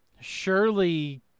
surely